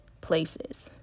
places